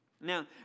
Now